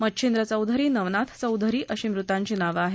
मचिंद्र चौधरी नवनाथ चौधरी अशी मृतांची नावं आहेत